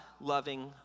loving